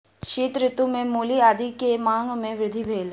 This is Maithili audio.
शीत ऋतू में मूली आदी के मांग में वृद्धि भेल